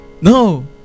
no